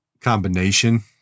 combination